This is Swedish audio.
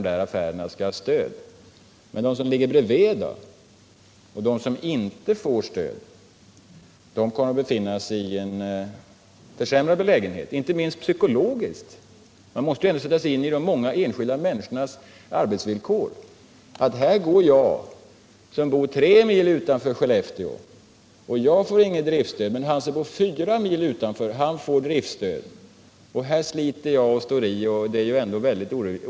Men butiker som ligger nära sådana som får stöd hamnar i en försämrad belägenhet, inte minst psykologiskt. Man måste ändå sätta sig in i de många enskilda människornas arbetsvillkor. Hur känner sig den som bor tre mil utanför Skellefteå och inte får något driftsstöd, trots att han arbetar hårt för att klara sig, medan den som bor fyra mil utanför Skellefteå får det?